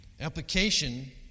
Application